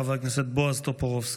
חבר הכנסת בועז טופורובסקי.